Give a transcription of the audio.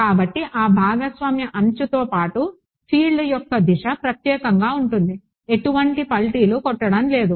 కాబట్టి ఆ భాగస్వామ్య అంచుతో పాటు ఫీల్డ్ యొక్క దిశ ప్రత్యేకంగా ఉంటుంది ఎటువంటి పల్టీలు కొట్టడం లేదు